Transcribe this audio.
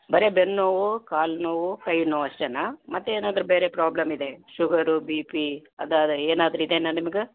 ಬರೀ ಬೆನ್ನು ನೋವು ಕಾಲು ನೋವು ಕೈ ನೋವು ಅಷ್ಟೇನಾ ಮತ್ತೆ ಏನಾದರೂ ಬೇರೆ ಪ್ರಾಬ್ಲಮ್ ಇದೆ ಶುಗರು ಬಿ ಪಿ ಅದು ಏನಾದ್ರೂ ಇದೆಯಾ ನಿಮ್ಗೆ